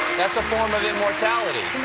that's a form of immortality.